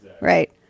right